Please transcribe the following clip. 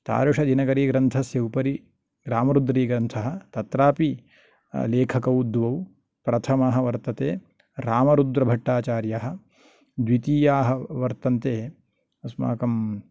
तादृश दिनकरीग्रन्थस्य उपरि रामरुद्रीग्रन्थः तत्रापि लेखकौ द्वौ प्रथमः वर्तते रामरुद्रभट्टाचार्यः द्वितीयाः वर्तन्ते अस्माकं